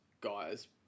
guys